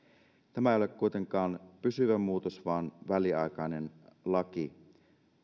tämä ei ole kuitenkaan pysyvä muutos vaan väliaikainen laki